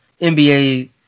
NBA –